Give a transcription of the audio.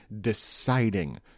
deciding